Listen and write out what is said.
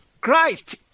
Christ